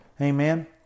Amen